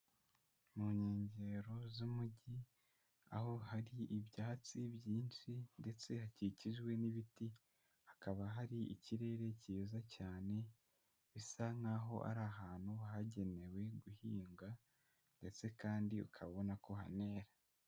Mu nkengero z'umugi, aho hari ibyatsi byinshi ndetse hakikijwe n'ibiti, hakaba hari ikirere cyiza cyane, bisa nkaho ari ahantu hagenewe guhinga ndetse kandi ukaba ubona ko hanera.